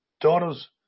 daughter's